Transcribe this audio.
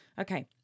Okay